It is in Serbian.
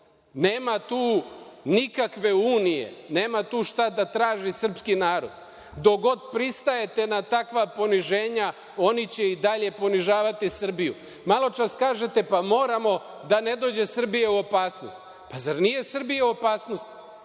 Nema tu nikakve unije, nema tu šta da traži srpski narod, dok god pristajete na takva poniženja, oni će i dalje ponižavati Srbiju. Maločas kažete – moramo da ne dođe Srbija u opasnost. Zar, nije Srbija u opasnosti?